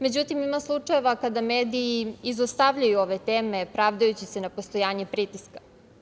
Međutim, ima slučajeva kada mediji izostavljaju ove teme pravdajući se na postojanje pritiska.